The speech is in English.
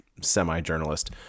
semi-journalist